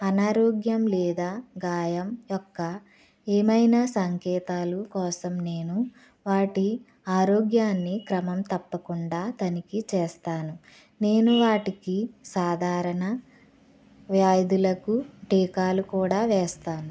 అనారోగ్యం లేదా గాయం యొక్క ఏమైనా సంకేతాలు కోసం నేను వాటి ఆరోగ్యాన్ని క్రమం తప్పకుండా తనిఖీ చేస్తాను నేను వాటికి సాధారణ వ్యాధులకు టీకాలు కూడా వేస్తాను